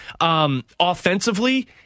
Offensively